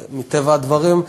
מטבע הדברים,